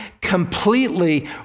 completely